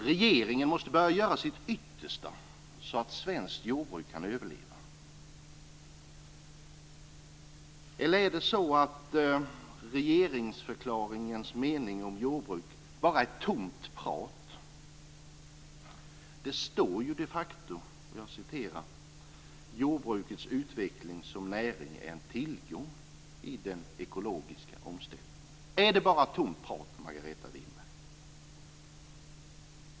Regeringen måste börja att göra sitt yttersta så att svenskt jordbruk kan överleva. Eller är regeringsförklaringens mening om jordbruket bara tomt prat? Där står de facto: "Jordbrukets utveckling som näring är en tillgång i den ekologiska omställningen." Är detta bara tomt prat, Margareta Winberg?